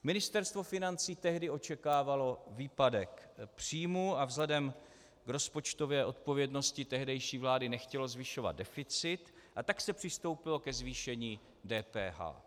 Ministerstvo financí tehdy očekávalo výpadek příjmů a vzhledem k rozpočtové odpovědnosti tehdejší vlády nechtělo zvyšovat deficit, a tak se přistoupilo ke zvýšení DPH.